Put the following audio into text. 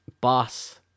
boss